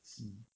mm